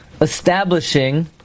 establishing